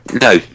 No